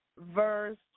Verse